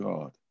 God